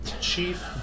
Chief